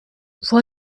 vor